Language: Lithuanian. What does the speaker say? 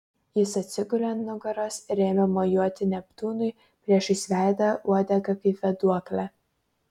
jis atsigulė ant nugaros ir ėmė mojuoti neptūnui priešais veidą uodega kaip vėduokle